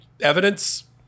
evidence